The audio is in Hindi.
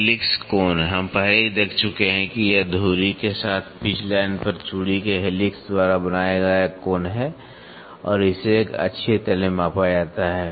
हेलिक्स कोण हम पहले ही देख चुके हैं कि यह धुरी के साथ पिच लाइन पर चूड़ी के हेलिक्स द्वारा बनाया गया कोण है और इसे एक अक्षीय तल में मापा जाता है